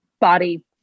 body